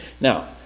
Now